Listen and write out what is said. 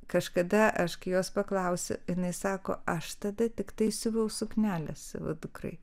kažkada aš kai jos paklausiu jinai sako aš tada tiktai siuvau sukneles dukrai